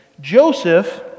Joseph